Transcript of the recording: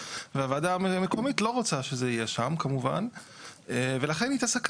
והוועדה המקומית לא רוצה שזה יהיה שם כמובן ולכן היא תסכל